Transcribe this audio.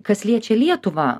kas liečia lietuvą